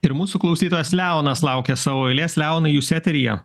ir mūsų klausytojas leonas laukia savo eilės leonai jūs eteryje